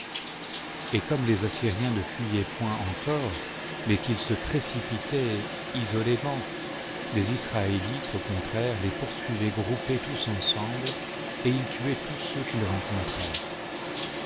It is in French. et comme les assyriens ne fuyaient point en corps mais qu'ils se précipitaient isolément les israélites au contraire les poursuivaient groupés tous ensemble et ils tuaient tous ceux qu'ils rencontraient